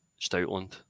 Stoutland